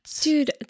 Dude